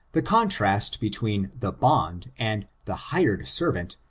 the contrast between the bond and the hired servant,